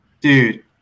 Dude